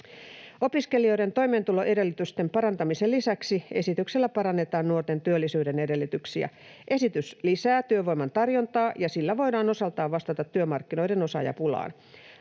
Opiskelijoiden toimeentuloedellytysten parantamisen lisäksi esityksellä parannetaan nuorten työllisyyden edellytyksiä. Esitys lisää työvoiman tarjontaa, ja sillä voidaan osaltaan vastata työmarkkinoiden osaajapulaan.